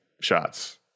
shots